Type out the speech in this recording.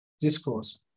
discourse